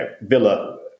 Villa